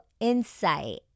Insight